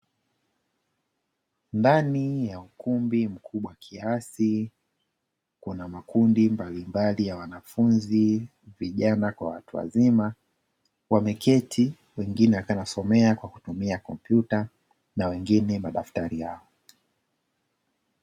Ndani ya ukumbi mkubwa kiasi kuna makundi mbalimbali ya wanafunzi, vijana kwa watu wazima, wameketi wengine wakiwa wanasomea kwa kutumia kompyuta na wengine madaftari yao.